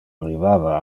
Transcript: arrivava